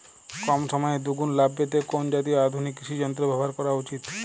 কম সময়ে দুগুন লাভ পেতে কোন জাতীয় আধুনিক কৃষি যন্ত্র ব্যবহার করা উচিৎ?